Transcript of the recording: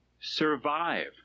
survive